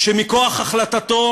שמכוח החלטתו